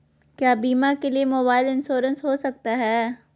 क्या बीमा के लिए मोबाइल इंश्योरेंस हो सकता है?